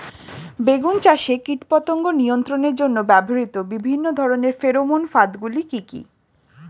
বেগুন চাষে কীটপতঙ্গ নিয়ন্ত্রণের জন্য ব্যবহৃত বিভিন্ন ধরনের ফেরোমান ফাঁদ গুলি কি কি?